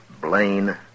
Blaine